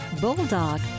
bulldog